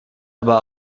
aber